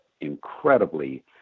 incredibly